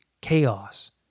chaos